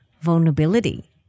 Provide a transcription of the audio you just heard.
vulnerability